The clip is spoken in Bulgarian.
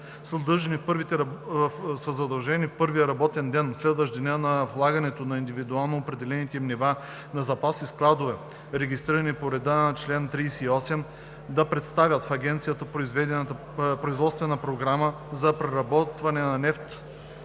са длъжни в първия работен ден, следващ деня на влагането на индивидуално определените им нива на запаси в складове, регистрирани по реда на чл. 38, да представят в агенцията производствена програма за преработване на нефта